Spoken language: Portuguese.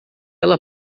ela